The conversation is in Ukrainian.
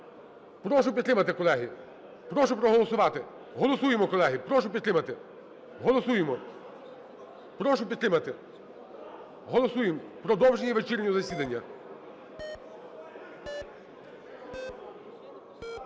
Прошу підтримати, колеги, прошу проголосувати. Голосуємо, колеги, прошу підтримати. Голосуємо, прошу підтримати, голосуємо продовження вечірнього засідання.